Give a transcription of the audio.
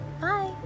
Bye